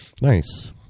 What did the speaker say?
nice